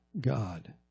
God